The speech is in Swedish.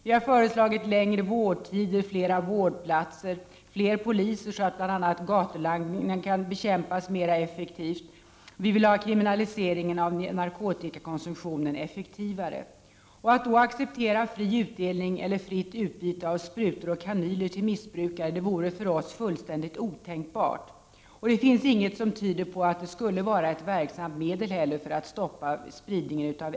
Vi har föreslagit längre vårdtider, flera vårdplatser och flera poliser så att bl.a. gatulangning kan bekämpas mer effektivt. Vi vill ha kriminaliseringen av narkotikakonsumtionen effektivare. Att mot den bakgrunden acceptera fri utdelning eller fritt utbyte av sprutor och kanyler till missbrukare vore otänkbart. Det finns inte heller något som tyder på att det skulle vara ett verksamt medel för att stoppa spridningen av aids.